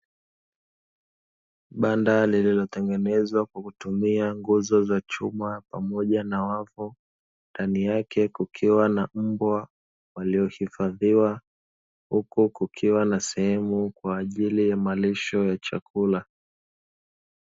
Banda lililotengenezwa kwa kutumia nguzo za chuma pamoja na wavu, ndani yake kukiwa na mbwa waliohifadhiwa. Huku kukiwa na sehemu, kwa ajili ya malisho ya chakula.